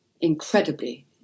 incredibly